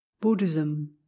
Buddhism